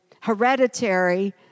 hereditary